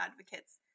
advocates